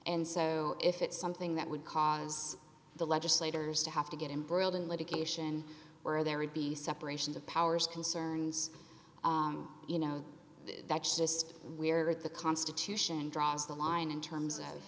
and so if it's something that would cause the legislators to have to get in broiled in litigation where there would be separation of powers concerns you know that's just we are the constitution draws the line in terms of